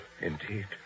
Indeed